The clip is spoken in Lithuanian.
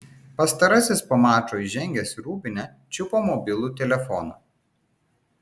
pastarasis po mačo įžengęs į rūbinę čiupo mobilų telefoną